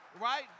Right